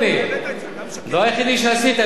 אני הייתי בוועדה, אדוני.